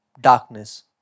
darkness